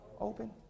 open